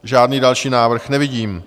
Žádný další návrh nevidím.